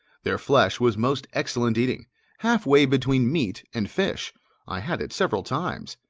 their flesh was most excellent eating half-way between meat and fish i had it several times.